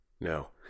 No